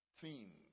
theme